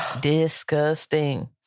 Disgusting